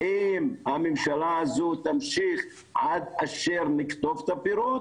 האם הממשלה הזו תמשיך עד אשר נקטוף את הפירות,